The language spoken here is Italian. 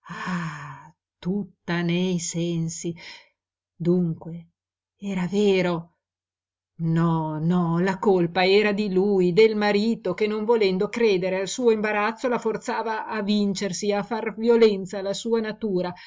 tutta nei sensi dunque era vero no no la colpa era di lui del marito che non volendo credere al suo imbarazzo la forzava a vincersi a far violenza alla sua natura